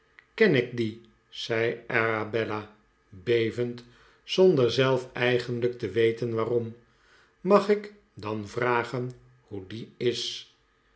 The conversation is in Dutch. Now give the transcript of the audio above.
ken ik dien zei arabella be vend zonder zelf eigenlijk te weten waarom mag ik dan vragen hoe die is